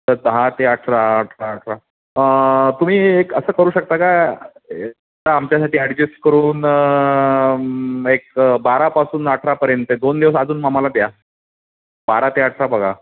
तर दहा ते अठरा अठरा अठरा तुम्ही एक असं करू शकता का आमच्यासाठी ॲडजस्ट करून एक बारापासून अठरापर्यंत दोन दिवस अजून आम्हाला द्या बारा ते अठरा बघा